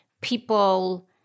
people